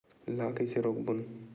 ला कइसे रोक बोन?